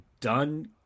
done